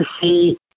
see